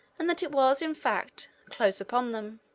and that it was, in fact, close upon them.